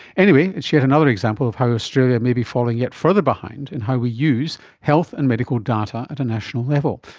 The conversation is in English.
anyway, it's yet another example of how australia may be falling yet further behind in how we use health and medical data at a national level.